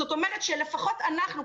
זאת אומרת שלפחות אנחנו,